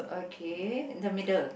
okay in the middle